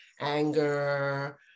anger